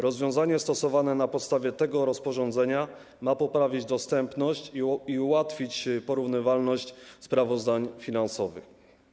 Rozwiązanie stosowane na podstawie tego rozporządzenia ma poprawić dostępność i ułatwić porównywalność sprawozdań finansowych.